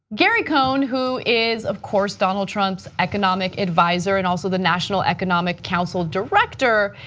gary cohn, who is of course donald trump's economic advisor and also the national economic council director,